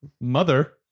Mother